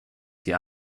die